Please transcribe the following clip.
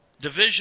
division